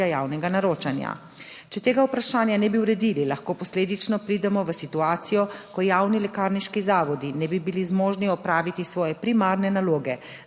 Hvala